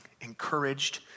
encouraged